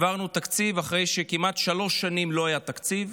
העברנו תקציב אחרי שכמעט שלוש שנים לא היה תקציב.